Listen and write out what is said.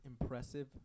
impressive